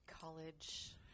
college